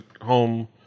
home